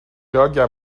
اینجا